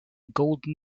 golden